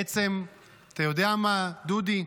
בעצם, אתה יודע מה, דודי?